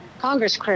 congress